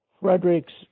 Frederick's